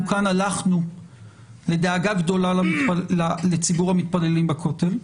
כאן הלכנו מדאגה גדולה לציבור המתפללים בכותל.